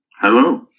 Hello